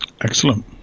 Excellent